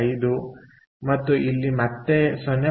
5 ಮತ್ತು ಇಲ್ಲಿ ಮತ್ತೆ 0